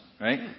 right